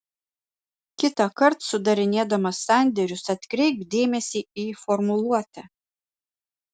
kitąkart sudarinėdamas sandėrius atkreipk dėmesį į formuluotę